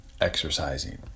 exercising